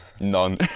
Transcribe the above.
None